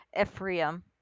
Ephraim